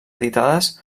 editades